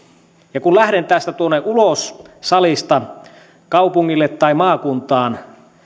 ja kun lähden tästä salista tuonne ulos kaupungille tai maakuntaan